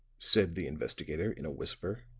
said the investigator in a whisper.